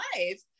life